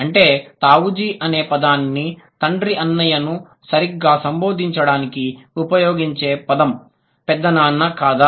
అంటే తావూజీ అనే పదాన్ని తండ్రి అన్నయ్యను సరిగ్గా సంబోధించడానికి ఉపయోగించే పదం పెద్ద నాన్న కదా